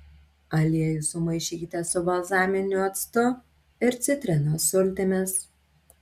aliejų sumaišykite su balzaminiu actu ir citrinos sultimis